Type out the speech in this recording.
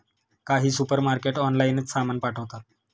काही सुपरमार्केट ऑनलाइनच सामान पाठवतात